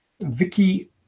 Vicky